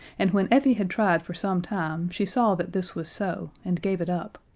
and when effie had tried for some time she saw that this was so and gave it up.